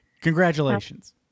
Congratulations